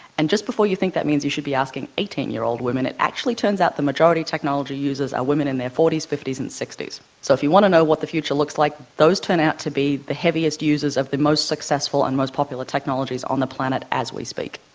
and just before you think that means you should be asking eighteen year old women, it actually turns out the majority of technology users are women in their forty s, fifty s and sixty s. so if you wanted to know what the future looks like, those turn out to be the heaviest users of the most successful and most popular technologies on the planet as we speak.